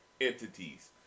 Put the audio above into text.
Entities